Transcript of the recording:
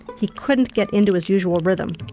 he couldn't get into his usual rhythm.